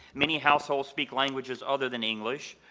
many households speak languages other than english.